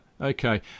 Okay